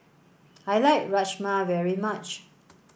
I like Rajma very much